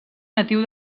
natiu